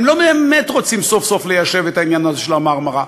הם לא באמת רוצים סוף-סוף ליישב את העניין הזה של ה"מרמרה".